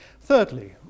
Thirdly